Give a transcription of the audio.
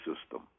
system